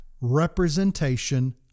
representation